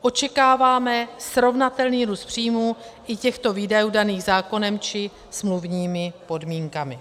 Očekáváme srovnatelný růst příjmů i těchto výdajů daných zákonem či smluvními podmínkami.